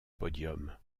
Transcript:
podium